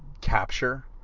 capture